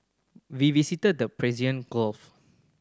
we visited the Persian Gulf